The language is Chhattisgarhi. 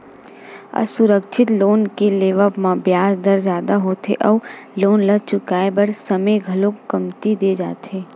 असुरक्छित लोन के लेवब म बियाज दर जादा होथे अउ लोन ल चुकाए बर समे घलो कमती दे जाथे